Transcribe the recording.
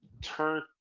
turn